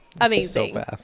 amazing